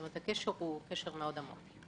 הקשר הוא קשר מאוד עמוק.